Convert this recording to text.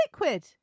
liquid